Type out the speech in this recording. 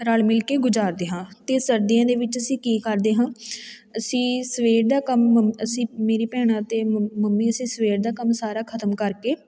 ਰਲ ਮਿਲ ਕੇ ਗੁਜ਼ਾਰਦੇ ਹਾਂ ਅਤੇ ਸਰਦੀਆਂ ਦੇ ਵਿੱਚ ਅਸੀਂ ਕੀ ਕਰਦੇ ਹਾਂ ਅਸੀਂ ਸਵੇਰ ਦਾ ਕੰਮ ਮੰਮ ਅਸੀਂ ਮੇਰੀ ਭੈਣਾਂ ਅਤੇ ਮੰਮ ਮੰਮੀ ਅਸੀਂ ਸਵੇਰ ਦਾ ਕੰਮ ਸਾਰਾ ਖਤਮ ਕਰਕੇ